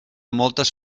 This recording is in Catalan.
moltes